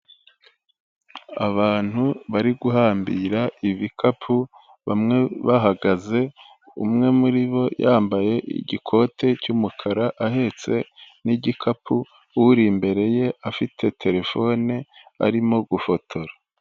Abantu bari guhambira ibikapu, bamwe bahagaze, umwe muribo yambaye igikote cy'umukara, ahetse n'igikapu, uri imbere ye afite terefone arimo gufotora.